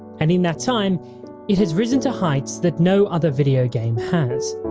and in that time it has risen to heights that no other video game has.